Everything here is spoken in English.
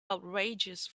outrageous